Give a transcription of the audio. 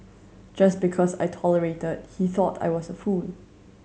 just because I tolerated he thought I was a fool